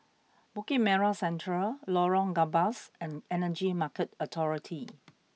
Bukit Merah Central Lorong Gambas and Energy Market Authority